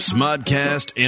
Smudcast